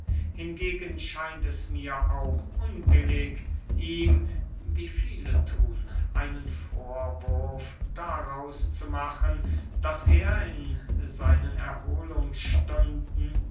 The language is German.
hingegen scheint es mir auch unbillig ihm wie viele thun einen vorwurf daraus zu machen daß er in seinen